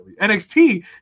NXT